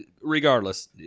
Regardless